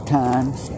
times